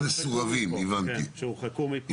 הקבוצה השנייה זה המסורבים שהורחקו מפה.